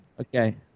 Okay